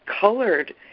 colored